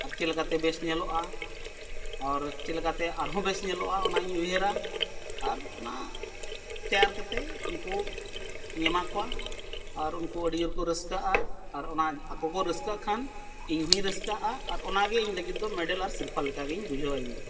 ᱟᱨ ᱪᱮᱫ ᱞᱮᱠᱟᱛᱮ ᱵᱮᱥ ᱧᱮᱞᱚᱜᱼᱟ ᱟᱨ ᱪᱮᱫ ᱞᱮᱠᱟᱛᱮ ᱟᱨᱦᱚᱸ ᱵᱮᱥ ᱧᱮᱞᱚᱜᱼᱟ ᱚᱱᱟᱧ ᱩᱭᱦᱟᱹᱨᱟ ᱟᱨ ᱚᱱᱟ ᱛᱮᱭᱟᱨ ᱠᱟᱛᱮᱫ ᱩᱱᱠᱩᱧ ᱮᱢᱟ ᱠᱚᱣᱟ ᱟᱨ ᱩᱱᱠᱩ ᱟᱹᱰᱤ ᱡᱳᱨ ᱠᱚ ᱨᱟᱹᱥᱠᱟᱹᱜᱼᱟ ᱟᱨ ᱚᱱᱟ ᱟᱠᱚ ᱠᱚ ᱨᱟᱹᱥᱠᱟᱹᱜ ᱠᱷᱟᱱ ᱤᱧ ᱦᱚᱸᱧ ᱨᱟᱹᱥᱠᱟᱹᱜᱼᱟ ᱟᱨ ᱚᱱᱟ ᱜᱮ ᱤᱧ ᱞᱟᱹᱜᱤᱫ ᱫᱚ ᱢᱮᱰᱮᱞ ᱟᱨ ᱥᱤᱨᱯᱟᱹ ᱞᱮᱠᱟᱜᱤᱧ ᱵᱩᱡᱷᱟᱹᱣᱟ ᱤᱧ ᱫᱚ